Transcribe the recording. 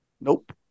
Nope